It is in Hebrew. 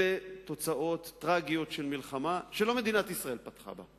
אלה תוצאות טרגיות של מלחמה שלא מדינת ישראל פתחה בה.